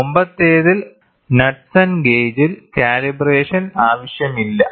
മുമ്പത്തേതിൽ ക്നുഡ്സെൻ ഗേജിൽ കാലിബ്രേഷൻ ആവശ്യമില്ല